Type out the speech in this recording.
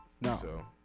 No